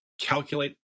calculate